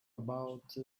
about